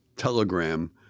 telegram